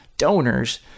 donors